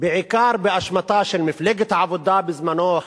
בעיקר באשמתה של מפלגת העבודה בזמנה,